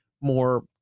more